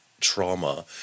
trauma